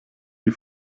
die